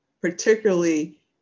particularly